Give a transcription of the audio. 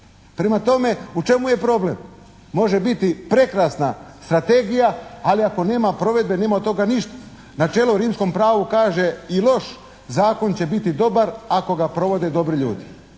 Prema tome, u čemu je problem? Može biti prekrasna strategija ali ako nema provedbe nema od toga ništa. Načelo o rimskom pravu kaže "I loš zakon će biti dobar ako ga provode dobri ljudi.",